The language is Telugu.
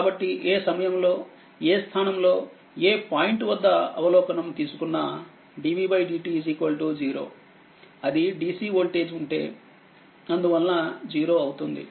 కాబట్టి ఏ సమయంలో ఏ స్థానంలో ఏ పాయింట్ వద్దఅవలోకనం తీసుకున్న dv dt 0 అది DC వోల్టేజ్ ఉంటే అందువలన 0 అవుతుంది